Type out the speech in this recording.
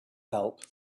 help